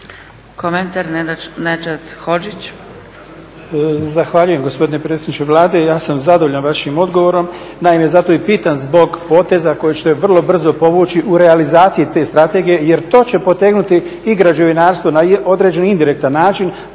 Komentar Nedžad Hodžić.